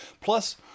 Plus